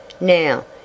Now